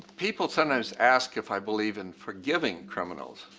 people sometimes ask if i believe in forgiving criminals.